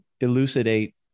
elucidate